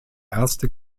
erste